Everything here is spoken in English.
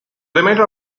remainder